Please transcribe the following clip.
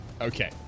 Okay